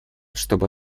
чтобы